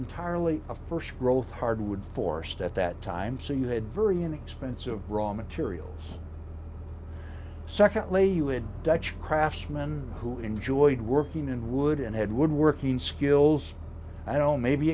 entirely a first growth hardwoods force at that time so you had very inexpensive raw materials secondly you a dutch craftsman who enjoyed working in wood and had woodworking skills i don't maybe